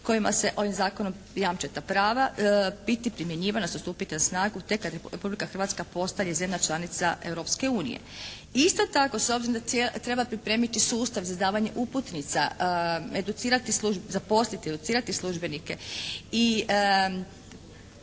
kojima se ovim zakonom jamče ta prava biti primjenjivana i stupiti na snagu tek kad Republika Hrvatska postane zemlja članica Europske unije. Isto tako s obzirom da treba pripremiti sustav za izdavanje uputnica, educirati, zaposliti, educirati službenike